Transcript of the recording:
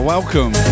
Welcome